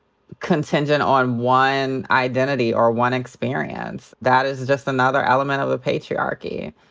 contingent on one identity or one experience. that is just another element of patriarchy.